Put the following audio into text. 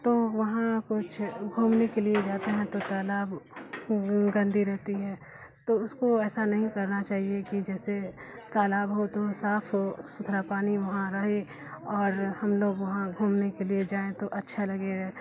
تو وہاں کچھ گھومنے کے لیے جاتے ہیں تو تالاب گندی رہتی ہے تو اس کو ایسا نہیں کرنا چاہیے کہ جیسے تالاب ہو تو صاف ہو ستھرا پانی وہاں رہے اور ہم لوگ وہاں گھومنے کے لیے جائیں تو اچھا لگے